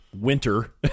winter